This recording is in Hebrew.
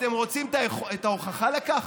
אתם רוצים את ההוכחה לכך?